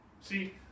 See